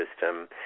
system